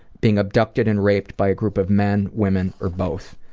being abducted and raped by a group of men, women, or both.